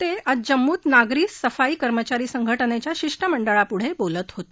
ते आज जम्मूत नागरी सफाई कर्मचारी संघटनेच्या शिष्टमंडळापुढे बोलत होते